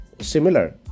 similar